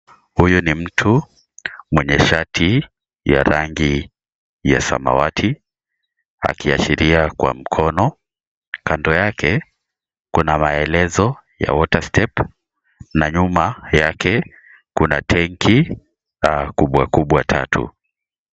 Huyu ni mtu mwenye shati ya rangi ya samawati akiashiria kwa mkono, kando yake kuna maelezo ya water step na nyuma yake kuna tenki kubwa kubwa tatu.